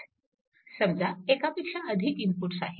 समजा एकापेक्षा अधिक इनपुट्स आहेत